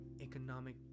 economic